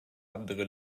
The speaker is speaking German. andere